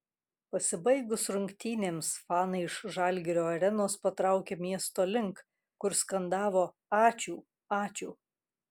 pasibaigus rungtynėms fanai iš žalgirio arenos patraukė miesto link kur skandavo ačiū ačiū